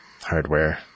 hardware